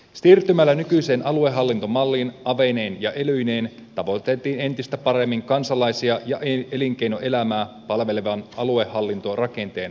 siirtymällä nykyiseen aluehallintomalliin aveineen ja elyineen tavoiteltiin entistä paremmin kansalaisia ja elinkeinoelämää palvelevan aluehallintorakenteen luomista